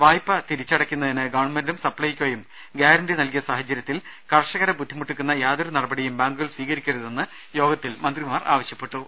വായ്പ തിരിച്ചട ക്കുന്നതിന് ഗവൺമെന്റും സപ്ലൈകോയും ഗൃാരണ്ടി നൽകിയ സാഹ ചരൃത്തിൽ കർഷകരെ ബുദ്ധിമുട്ടിക്കുന്ന യാതൊരു നടപടിയും ബാങ്കുകൾ സ്വീകരിക്കരുതെന്ന് യോഗത്തിൽ മന്ത്രിമാർ ആവശ്യപ്പെ ട്ടു